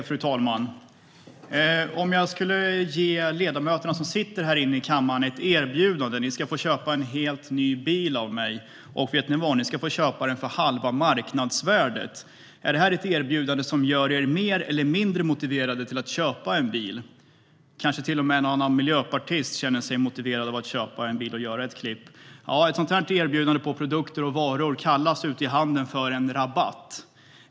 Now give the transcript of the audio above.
Fru talman! Om jag skulle ge er ledamöter som sitter här i kammaren ett erbjudande om att få köpa en helt ny bil av mig, och få köpa den för halva marknadsvärdet, är det ett erbjudande som gör er mer eller mindre motiverade att köpa en bil? Kanske till och med en och annan miljöpartist känner sig motiverad att köpa en bil och göra ett klipp. Ett sådant här erbjudande om produkter och varor kallas ute i handeln för en rabatt.